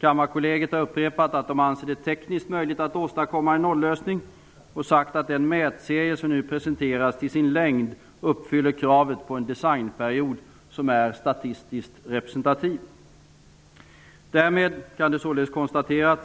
Kammarkollegiet har upprepat att de anser det tekniskt möjligt att åstadkomma en nollösning och sagt att den mätserie som nu presenteras till sin längd uppfyller kravet på en designperiod som är statistiskt representativ. Därmed kan det således konstateras